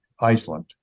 Iceland